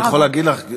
אני יכול להגיד לך,